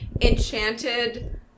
enchanted